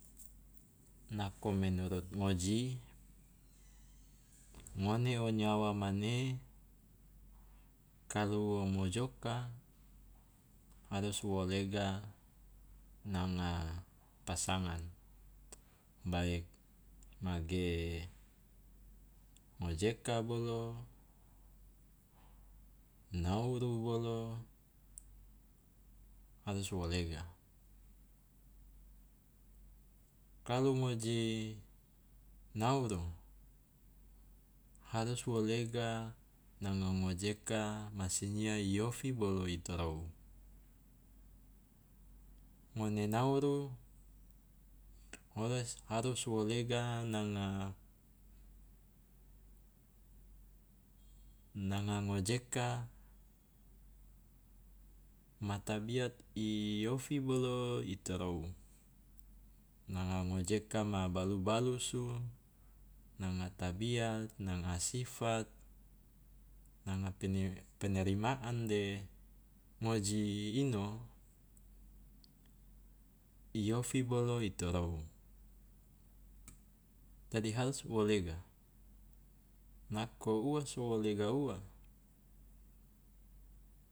Nako menurut ngoji ngone o nyawa mane kalu wo mojoka harus wo lega nanga pasangan, baik mage ngojeka bolo nauru bolo harus wo lega. Kalu ngoji nauru harus wo lega nanga ngojeka ma sinyia i ofi bolo i torou, ngone nauru harus harus wo lega nanga nanga ngojeka ma tabiat i ofi bolo i torou, nanga ngojeka ma balu balusu nanga tabiat, nanga sifat, nanga pene penerimaan de ngoji ino i ofi bolo i torou, dadi harus wo lega, nako ua so wo lega ua.